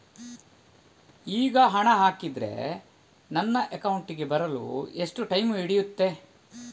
ಈಗ ಹಣ ಹಾಕಿದ್ರೆ ನನ್ನ ಅಕೌಂಟಿಗೆ ಬರಲು ಎಷ್ಟು ಟೈಮ್ ಹಿಡಿಯುತ್ತೆ?